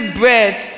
bread